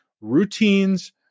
routines